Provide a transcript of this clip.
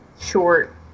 Short